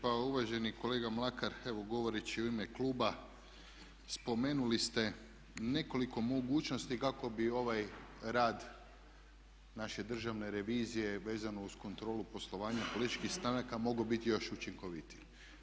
Pa uvaženi kolega Mlakar, evo govoreći u ime klub spomenuli ste nekoliko mogućnosti kako bi ovaj rad naše državne revizije vezano uz kontrolu poslovanja političkih stranaka mogu biti još učinkovitiji.